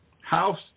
House